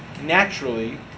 naturally